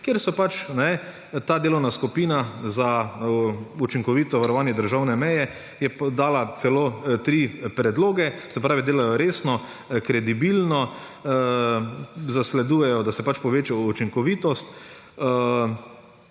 kjer je pač ta delovna skupina za učinkovito varovanje državne meje podala celo tri predloge. Se pravi, delajo resno, kredibilno, zasledujejo, da se pač poveča učinkovitost